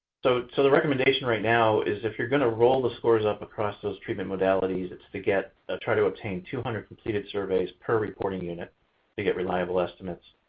so so, the recommendation right now is if you're going to roll the scores up across those treatment modalities, it's to get ah try to obtain two hundred completed surveys per reporting unit to get reliable estimates.